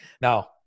Now